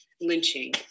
lynching